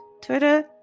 Twitter